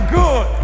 good